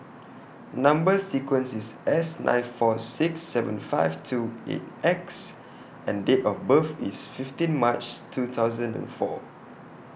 Number sequence IS S nine four six seven five two eight X and Date of birth IS fifteen March two thousand and four